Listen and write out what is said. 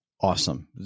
awesome